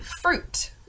Fruit